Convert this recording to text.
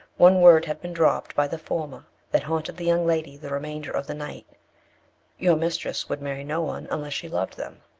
one word had been dropped by the former that haunted the young lady the remainder of the night your mistress would marry no one unless she loved them.